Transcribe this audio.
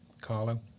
Carlo